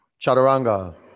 Chaturanga